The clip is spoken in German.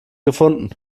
gefunden